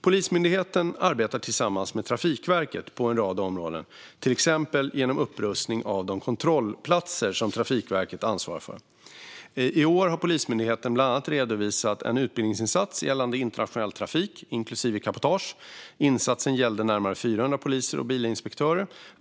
Polismyndigheten arbetar tillsammans med Trafikverket på en rad områden, till exempel genom upprustning av de kontrollplatser som Trafikverket ansvarar för. I år har Polismyndigheten bland annat redovisat en utbildningsinsats gällande internationell trafik, inklusive cabotage. Insatsen gällde närmare 400 poliser och bilinspektörer.